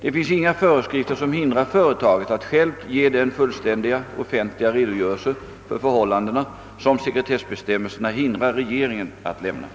Det finns inga föreskrifter som hindrar företaget att självt ge den fullständiga offentliga redogörelse för förhållandena som sekretessbestämmelserna hindrar regeringen att lämna.